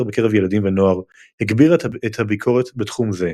בקרב ילדים ונוער הגבירה את הביקורות בתחום זה.